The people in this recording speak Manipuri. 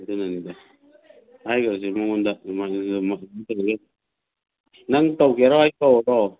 ꯑꯗꯨꯅꯅꯤꯗ ꯍꯥꯏꯈ꯭ꯔꯁꯤ ꯃꯥꯉꯣꯟꯗ ꯅꯪ ꯇꯧꯒꯦꯔꯣ ꯑꯩ ꯇꯧꯔꯣ